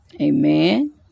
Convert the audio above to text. Amen